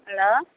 hello